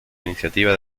iniciativa